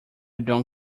don’t